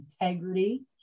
integrity